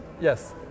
Yes